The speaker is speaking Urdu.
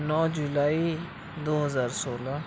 نو جولائی دو ہزار سولہ